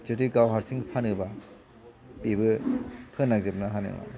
जुदि गाव हारसिं फानोबा बेबो फोनांजोबनो हानाय नंङा